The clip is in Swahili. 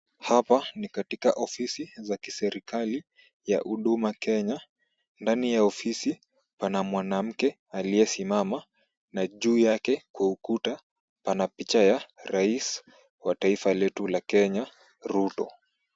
Hapa ni katika ofisi za kiserikali ya Huduma Kenya, ndani ya ofisi pana mwanamke aliyesimama na juu yake kwa ukuta pana picha ya rais wa taifa letu la Kenya Ruto.